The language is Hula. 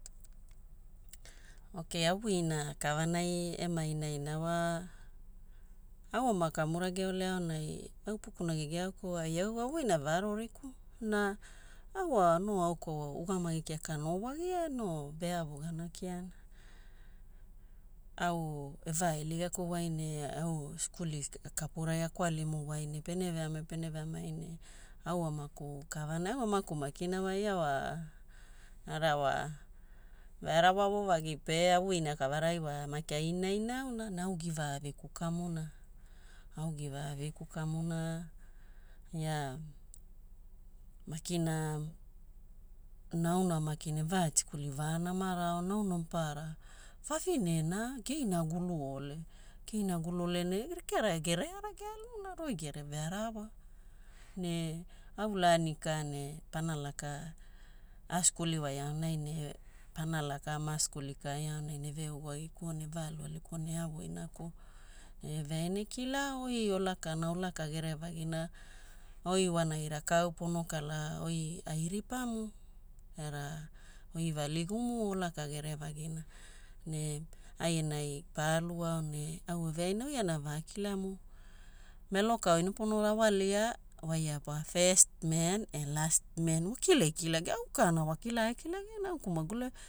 Ok avuina kavanai ema inaina wa, au ama kamurageole aonai au upukuna gegiaokuo au ai au avuina varoriku na au wa no aoku ugamagi kiaka no wagia no veavuina kia au evailigakuwai ne au skuli kapurai akwalimuwai ne pene veamai pene veamai ne au amaku kavanai. Au amaku makina wa ia wa era wa vearawa voovagi pe avuina kavarai wa maki ai inaina auna na au givaaviku kamuna. Au givaaviku kamuna ia makina nauna makina eva tikuli vanamarao nauna maparara vavine na geinaguluole. Geinaguluole ne rekeara e gereara gealuna roigere vearawa. Ne au laani ka ne pana laka askuliwai aonai ne pana laka maskuli kaai aonai ne eveuguagikuo ne evaalu alikuo ne eavuinakuo. Ia eveaina ekilao, oi olakana olaka gerevagina oi wanai rakau pono kala oi ai ripamu era oi valigumu olaka gerevagina. Ne ai enai pa aluao ne au eveaina oi ana vakilamu, melo ka oina pono rawalia waia wa first man e last man. Wakila ekilagiao, au kaana wakila ae kilagiana au geku maguliai